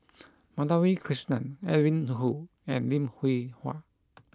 Madhavi Krishnan Edwin Koo and Lim Hwee Hua